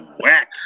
whack